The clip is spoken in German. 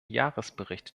jahresbericht